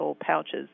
pouches